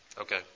Okay